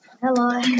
Hello